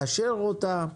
לאשר אותה?